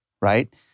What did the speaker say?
right